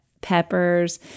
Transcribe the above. peppers